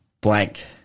blank